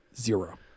Zero